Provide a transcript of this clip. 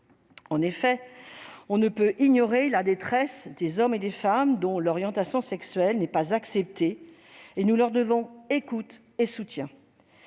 On ne peut en effet ignorer la détresse des hommes et des femmes dont l'orientation sexuelle n'est pas acceptée. Nous leur devons écoute et soutien.